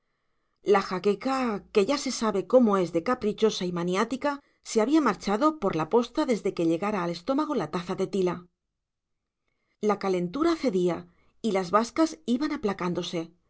la jaqueca que ya se sabe cómo es de caprichosa y maniática se había marchado por la posta desde que llegara al estómago la taza de tila la calentura cedía y las bascas iban aplacándose sí